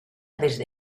desde